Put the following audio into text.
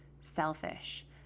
selfish